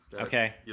Okay